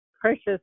Precious